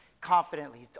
confidently